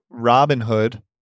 Robinhood